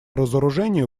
разоружению